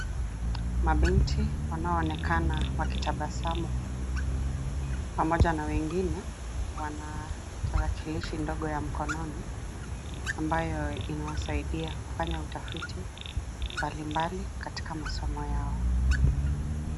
Mabinti wanao onekana wakitabasamu, pamoja na wengine, wana tarakilishi ndogo ya mkononi ambayo inawasaidia kufanya utafiti, mbalimbali katika masomo yao.